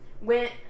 went